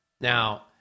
now